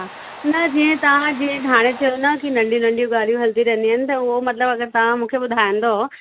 हा न जीअं तव्हां जीअं हाणे चयो न कि नंढियूं नंढियूं ॻाल्हियूं हलंदी रहंदियूं आहिनि त उहो मतिलबु तव्हां मूंखे ॿुधाईंदव